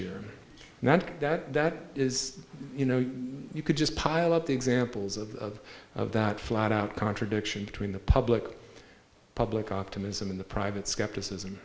year and that that that is you know you could just pile up the examples of that flat out contradiction between the public public optimism in the private skepticism